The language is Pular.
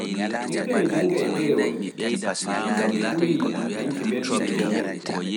Igga mi jannga e ɗerewol, ngam mi ɓurii nanki belɗum jannde.